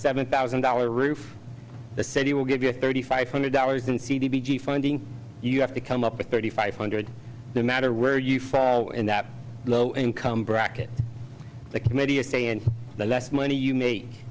seven thousand dollar roof the city will give you a thirty five hundred dollars in funding you have to come up with thirty five hundred no matter where you fall in that low income bracket the committee is saying the less money you may